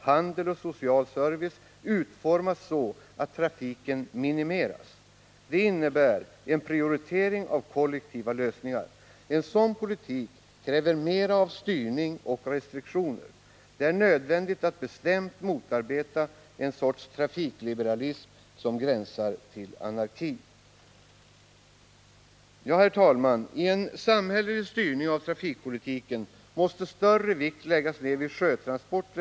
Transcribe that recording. handel och social service — utformas så att trafiken minimeras. Det innebär en prioritering av kollektiva lösningar. En sådan politik kräver mera av styrning och restriktioner. Det är nödvändigt att bestämt motarbeta en sorts trafikliberalism som gränsar till anarki. En samhällelig styrning av trafikpolitiken innebär också att större vikt än hittills måste läggas vid sjötransporter.